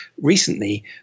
recently